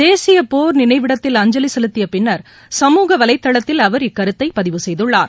தேசிய போர் நினைவகத்தில் அஞ்சவி செலுத்திய பின்னர் சமூக வலைதளத்தில் அவர் இக்கருத்தை பதிவு செய்துள்ளார்